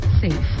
Safe